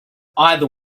either